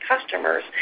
customers